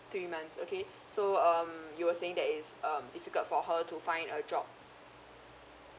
three months okay so um you were saying that it's um difficult for her to find a job